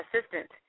assistant